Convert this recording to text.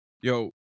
Yo